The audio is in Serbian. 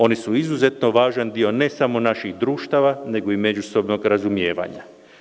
Oni su izuzetno važan dio ne samo naših društava nego i međusobnog razumjevanja.